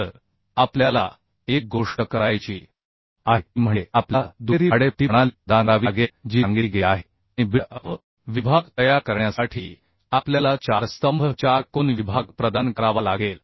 तर आपल्याला एक गोष्ट करायची आहे ती म्हणजे आपल्याला दुहेरी लिजिंग प्रणाली प्रदान करावी लागेल जी सांगितली गेली आहे आणि बिल्ट अप विभाग तयार करण्यासाठी आपल्याला चार स्तंभ चार कोन विभाग प्रदान करावा लागेल